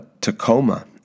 Tacoma